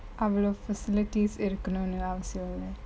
அவ்வளொ:avalo facilities இருக்கனும்னு அவசியொ இல்ல:irukanumnu avasiyo ille